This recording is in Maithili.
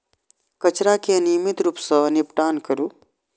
कचरा के नियमित रूप सं निपटान करू